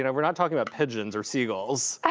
you know we're not talking about pigeons or seagulls.